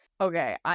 Okay